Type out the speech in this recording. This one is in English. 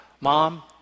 Mom